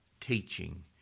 teaching